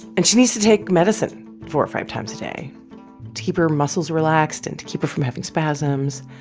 and she needs to take medicine four or five times a day to keep her muscles relaxed and to keep her from having spasms.